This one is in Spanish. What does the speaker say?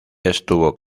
estuvo